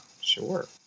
Sure